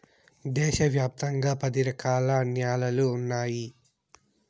దేశ వ్యాప్తంగా పది రకాల న్యాలలు ఉన్నాయి